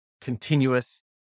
continuous